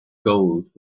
gold